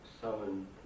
summon